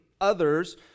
others